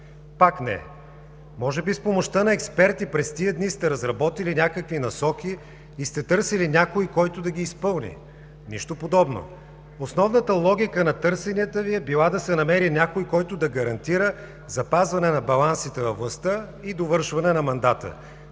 Пак не. Може би с помощта на експерти през тези дни сте разработили някакви насоки и сте търсили някой, който да ги изпълни?! Нищо подобно. Основната логика на търсенията Ви е била да се намери някой, който да гарантира запазване на балансите във властта и довършване на мандата,